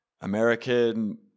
American